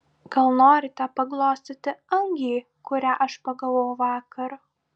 gal norite paglostyti angį kurią aš pagavau vakar